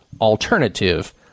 Alternative